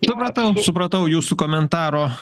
supratau supratau jūsų komentaro